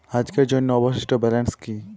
আজকের জন্য অবশিষ্ট ব্যালেন্স কি?